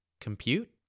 compute